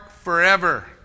forever